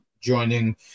joining